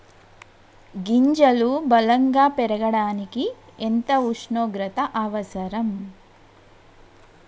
గింజలు బలం గా పెరగడానికి ఎంత ఉష్ణోగ్రత అవసరం?